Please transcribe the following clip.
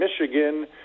Michigan